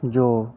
जो